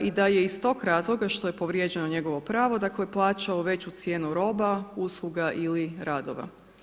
I da je iz tog razloga što je povrijeđeno njegovo pravo, dakle plaćao veću cijenu roba, usluga ili radova.